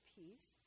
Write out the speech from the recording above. peace